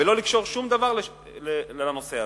ולא לקשור שום דבר לנושא הזה.